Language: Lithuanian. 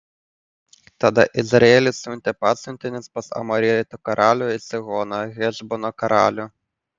tada izraelis siuntė pasiuntinius pas amoritų karalių sihoną hešbono karalių